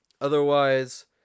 otherwise